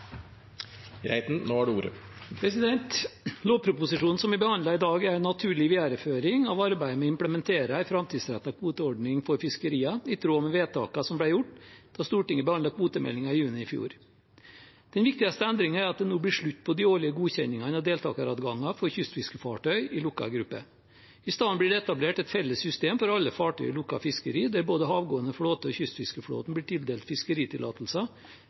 en naturlig videreføring av arbeidet med å implementere en framtidsrettet kvoteordning for fiskeriene i tråd med vedtakene som ble gjort da Stortinget behandlet kvotemeldingen i juni i fjor. Den viktigste endringen er at det nå blir slutt på de årlige godkjenningene av deltakeradganger for kystfiskefartøy i lukket gruppe. Isteden blir det etablert et felles system for alle fartøy i lukket fiskeri, der både havgående flåte og kystfiskeflåten blir tildelt fiskeritillatelser